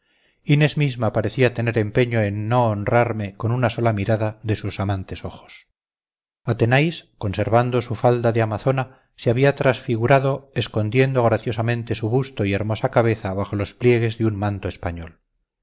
inés misma parecía tener empeño en no honrarme con una sola mirada de sus amantes ojos athenais conservando su falda de amazona se había transfigurado escondiendo graciosamente su busto y hermosa cabeza bajo los pliegues de un manto español